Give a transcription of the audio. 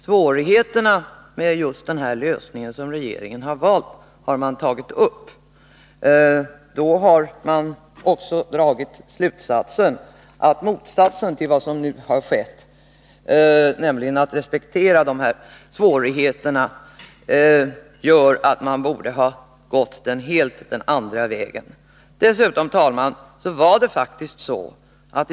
Svårigheterna med just den lösning som regeringen har valt har man tagit upp till diskussion. Då har man dragit den slutsatsen att motsatsen till vad som nu har skett — nämligen när det gäller att respektera svårigheterna i detta avseende — gör att man borde ha valt en helt annan väg. Dessutom, herr talman, var det faktiskt så att ett schablonavdrag på 1000 kr.